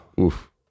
Oof